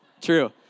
true